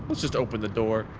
but just open the door,